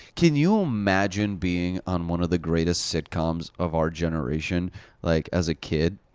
can you imagine being on one of the greatest sitcoms of our generation like as a kid?